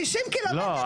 שישים קילומטר איפה?